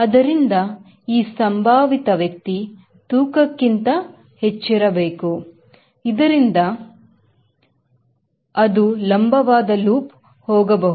ಅದರಿಂದ ಈ ಸಂಭಾವಿತ ವ್ಯಕ್ತಿ ತೂಕಕ್ಕಿಂತ ಹೆಚ್ಚಿರಬೇಕು ಇದರಿಂದ ಅದು ಲಂಬವಾದ loop ಹೋಗಬಹುದು